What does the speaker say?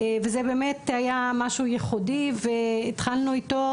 וזה באמת היה משהו ייחודי והתחלנו איתו,